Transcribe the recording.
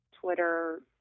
Twitter